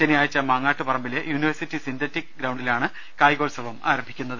ശനിയാഴ്ച മാങ്ങാട്ട് പറമ്പിലെ യൂണിവേഴ്സിറ്റി സിന്തറ്റിക്ക് ഗ്രൌണ്ടിലാണ് കായികോത്സവം ആരംഭിക്കുന്നത്